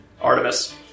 Artemis